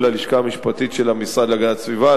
וללשכה המשפטית של המשרד להגנת הסביבה,